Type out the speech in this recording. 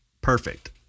perfect